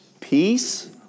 peace